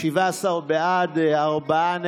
17 בעד, ארבעה נגד.